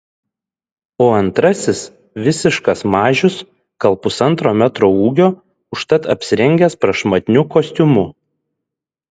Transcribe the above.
o antrasis visiškas mažius gal pusantro metro ūgio užtat apsirengęs prašmatniu kostiumu